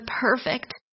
perfect